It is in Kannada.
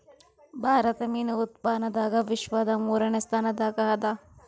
ಭಾರತ ಮೀನು ಉತ್ಪಾದನದಾಗ ವಿಶ್ವದ ಮೂರನೇ ಸ್ಥಾನದಾಗ ಅದ